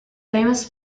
famous